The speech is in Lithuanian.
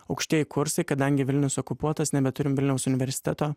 aukštieji kursai kadangi vilnius okupuotas nebeturim vilniaus universiteto